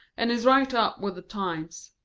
and he's right up with the times.